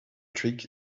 trick